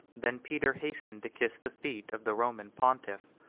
than peter hastened to kiss the feet of the roman pontiff.